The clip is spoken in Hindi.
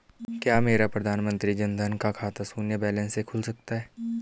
क्या मेरा प्रधानमंत्री जन धन का खाता शून्य बैलेंस से खुल सकता है?